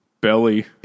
Belly